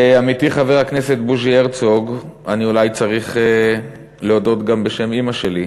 לעמיתי חבר הכנסת בוז'י הרצוג אני אולי צריך להודות גם בשם אימא שלי,